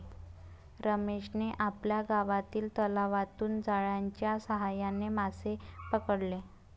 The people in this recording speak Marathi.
रमेशने आपल्या गावातील तलावातून जाळ्याच्या साहाय्याने मासे पकडले